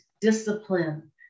discipline